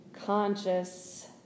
Conscious